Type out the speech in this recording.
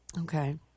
okay